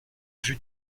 vue